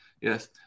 yes